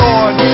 Lord